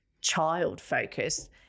child-focused